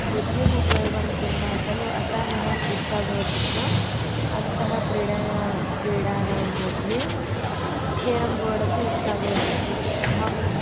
बुद्धिम् उपयोगं कुर्मः खलु अतः मह्यम् इच्छा भवति स्म अन्तः क्रीडने क्रीडानां मध्ये केरं बोर्ड् अपि इच्छा भवति स्म अहं